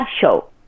show